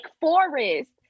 Forest